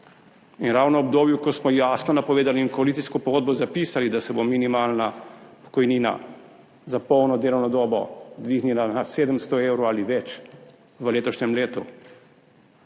in ravno v obdobju, ko smo jasno napovedali in v koalicijsko pogodbo zapisali, da se bo minimalna pokojnina za polno delovno dobo dvignila na 700 evrov ali več v letošnjem letu,